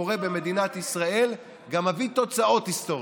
כל אירוע היסטורי שקורה במדינת ישראל גם מביא תוצאות היסטוריות.